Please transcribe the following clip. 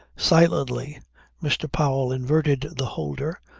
silently mr. powell inverted the holder,